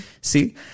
see